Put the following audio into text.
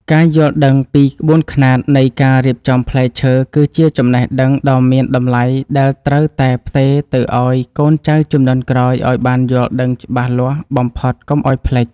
ការយល់ដឹងពីក្បួនខ្នាតនៃការរៀបចំផ្លែឈើគឺជាចំណេះដឹងដ៏មានតម្លៃដែលត្រូវតែផ្ទេរទៅឱ្យកូនចៅជំនាន់ក្រោយឱ្យបានយល់ដឹងច្បាស់លាស់បំផុតកុំឱ្យភ្លេច។